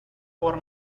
por